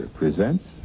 presents